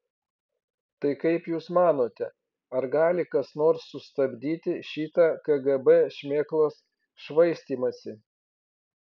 tai kaip jūs manote ar gali kas nors sustabdyti šitą kgb šmėklos švaistymąsi